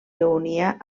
reunia